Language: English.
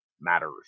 matters